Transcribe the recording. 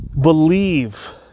believe